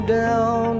down